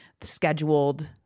scheduled